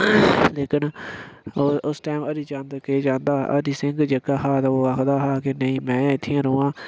लेकिन उस टाइम हरि चंद केह् चांह्दा हा हरि सिंह जेह्का हा ते ओह् आखदा हा कि नेईं में इत्थै गै रौह्ना